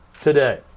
today